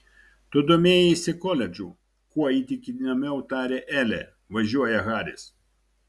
tu domėjaisi koledžu kuo įtikinamiau tarė elė važiuoja haris